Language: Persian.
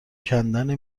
کندن